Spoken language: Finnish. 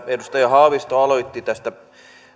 edustaja haavisto aloitti tästä